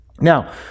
Now